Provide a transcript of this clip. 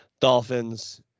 dolphins